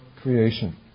creation